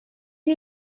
you